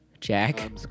Jack